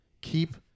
Keep